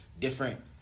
different